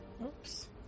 Oops